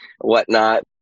whatnot